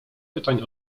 pytań